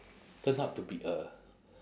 turn out to be a